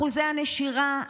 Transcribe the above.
אחוזי הנשירה,